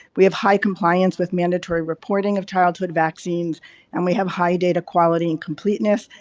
we have high compliance with mandatory reporting of childhood vaccines and we have high data quality and completeness,